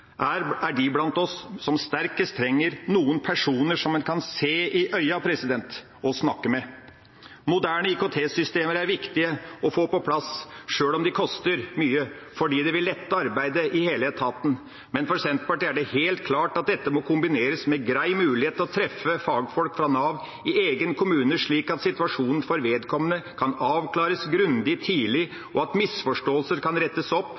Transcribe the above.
som sterkest trenger noen personer som de kan se i øynene og snakke med. Moderne IKT-system er viktige å få på plass, sjøl om de koster mye, fordi de vil lette arbeidet i hele etaten, men for Senterpartiet er det helt klart at dette må kombineres med en grei mulighet til å treffe fagfolk fra Nav i egen kommune, slik at situasjonen for den enkelte kan avklares grundig tidlig, og at misforståelser kan rettes opp